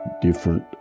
different